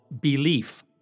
Belief